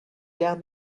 down